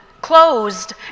closed